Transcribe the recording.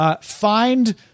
Find